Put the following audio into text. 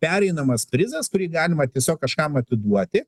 pereinamas prizas kurį galima tiesiog kažkam atiduoti